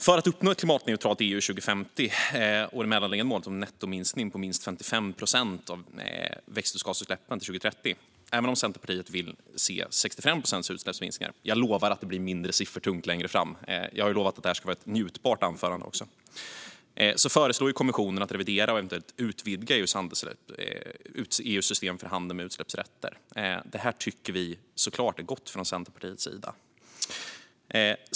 För att uppnå ett klimatneutralt EU 2050 och det mellanliggande målet om en nettominskning om minst 55 procent av växthusgasutsläppen till 2030, även om Centerpartiet vill se 65 procents utsläppsminskningar - jag lovar att det blir mindre siffertungt längre fram; jag har ju lovat att det här ska vara ett njutbart anförande - föreslår kommissionen att man ska revidera och eventuellt utvidga EU:s system för handel med utsläppsrätter. Det tycker vi såklart är gott från Centerpartiets sida.